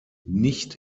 nicht